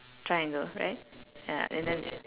triangle right ya and then